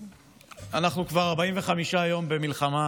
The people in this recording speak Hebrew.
כבר 45 יום אנחנו במלחמה